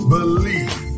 Believe